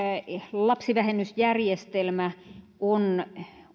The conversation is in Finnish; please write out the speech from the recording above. lapsivähennysjärjestelmä on